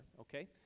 Okay